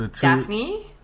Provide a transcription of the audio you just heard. Daphne